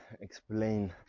explain